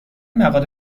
مقاله